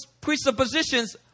presuppositions